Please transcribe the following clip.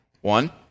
One